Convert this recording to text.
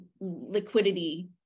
liquidity